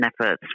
efforts